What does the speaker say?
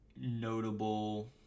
notable